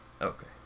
Okay